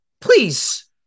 Please